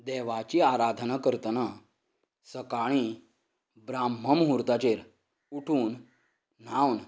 देवाची आराधना करतना सकाळीं ब्राम्हण म्हुर्ताचेर उठून न्हांवन